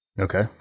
okay